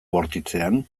bortitzean